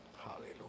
Hallelujah